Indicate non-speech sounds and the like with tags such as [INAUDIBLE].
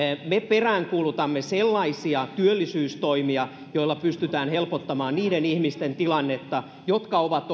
me peräänkuulutamme sellaisia työllisyystoimia joilla pystytään helpottamaan niiden ihmisten tilannetta jotka ovat [UNINTELLIGIBLE]